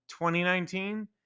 2019